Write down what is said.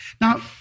Now